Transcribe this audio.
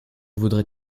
voudrais